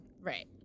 Right